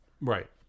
right